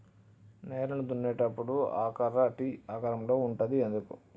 నేలను దున్నేటప్పుడు ఆ కర్ర టీ ఆకారం లో ఉంటది ఎందుకు?